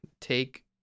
take